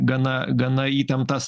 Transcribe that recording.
gana gana įtemptas